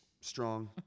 strong